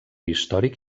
històric